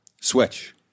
switch